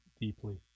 deeply